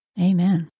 Amen